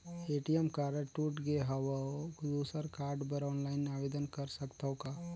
ATM card टूट गे हववं दुसर कारड बर ऑनलाइन आवेदन कर सकथव का?